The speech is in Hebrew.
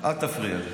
שירי, אל תפריע לי.